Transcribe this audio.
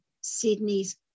Sydney's